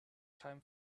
time